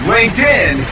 LinkedIn